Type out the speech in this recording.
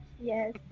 Yes